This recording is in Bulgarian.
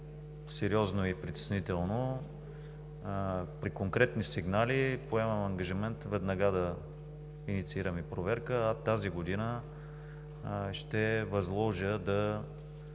сериозно и притеснително. При конкретни сигнали поемам ангажимент веднага да инициираме проверка. Тази година ще възложа на